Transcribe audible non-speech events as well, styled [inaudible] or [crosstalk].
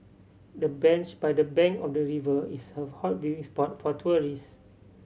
the bench by the bank of the river is a [unintelligible] hot viewing spot for tourist